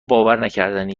باورنکردنی